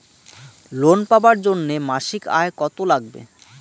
Loan পাবার জন্যে মাসিক আয় কতো লাগবে?